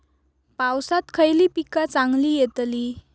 पावसात खयली पीका चांगली येतली?